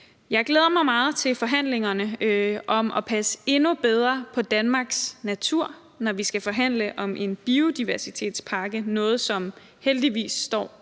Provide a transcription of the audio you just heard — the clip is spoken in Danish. Jeg glæder mig meget til forhandlingerne om at passe endnu bedre på Danmarks natur, når vi skal forhandle om en biodiversitetspakke – noget, som heldigvis står